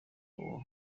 www